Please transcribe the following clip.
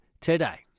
today